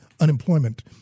unemployment